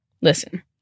listen